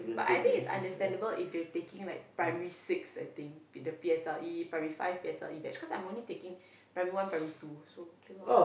but I think is understandable if they taking like primary six I think in the P_S_L_E primary five P_S_L_E that's cause I am only taking primary one primary two so okay loh